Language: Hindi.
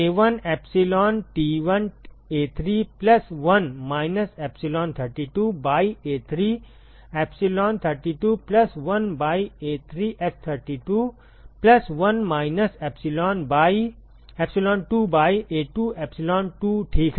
A1 epsilon T1 A3 plus 1 minus epsilon three two by A3 epsilon three two plus 1 by A3F32 plus 1 minus epsilon two by A2 epsilon two ठीक है